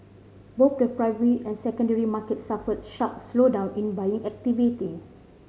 both the primary and secondary markets suffered sharp slowdown in buying activity